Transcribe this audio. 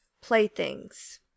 Playthings